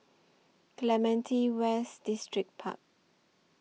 Clementi West Distripark